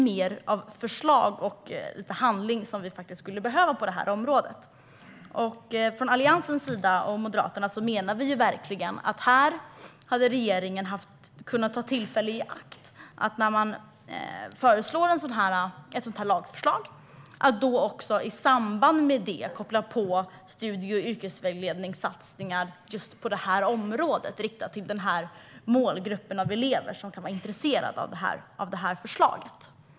Mer förslag och handling skulle behövas på området. Alliansen och Moderaterna menar att regeringen hade kunnat ta tillfället i akt att i samband med att ett lagförslag läggs fram koppla på satsningar på studie och yrkesvägledning riktade mot den målgruppen elever som kan vara intresserade av förslaget.